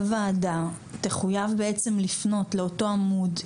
ועדה תחויב לפנות לאותו עמוד אינטרנט,